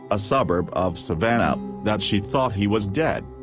a suburb of savannah, that she thought he was dead.